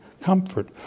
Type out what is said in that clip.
comfort